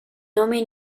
nome